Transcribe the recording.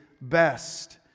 best